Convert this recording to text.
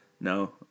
No